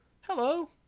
hello